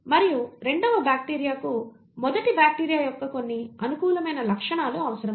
మరియు రెండవ బ్యాక్టీరియాకు మొదటి బ్యాక్టీరియా యొక్క కొన్ని అనుకూలమైన లక్షణాలు అవసరం